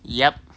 yup